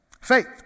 Faith